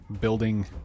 building